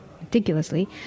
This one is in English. meticulously